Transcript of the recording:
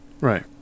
Right